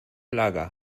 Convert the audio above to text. lager